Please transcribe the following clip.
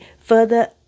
further